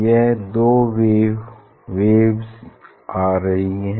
यह दो वेव्स यहाँ आ रही हैं